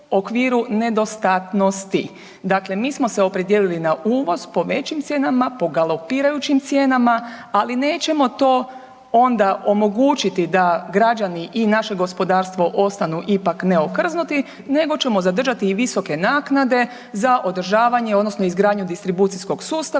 Dakle, mi smo se opredijelili na uvoz po većim cijenama, po galopirajućim cijenama ali nećemo to onda omogućiti da građani i naše gospodarstvo ostanu ipak neokrznuti nego ćemo zadržati i visoke naknade za održavanje odnosno izgradnju distribucijskog sustava